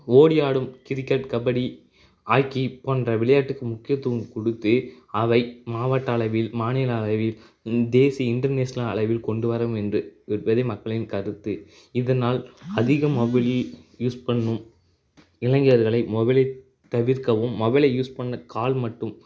ஓடி ஆடும் cricket kabaddi hockey போன்ற விளையாட்டுக்கு முக்கியத்துவம் கொடுத்து அவை மாவட்ட அளவில் மாநில அளவில் தேசிய இன்டர்நேஷ்னல் அளவில் கொண்டு வரும் என்று என்பதே மக்களின் கருத்து இதனால் அதிகம் மொபைலை யூஸ் பண்ணும் இளைஞர்களை மொபைலை தவிர்க்கவும் மொபைலை யூஸ் பண்ண கால் மட்டும்